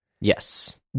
Yes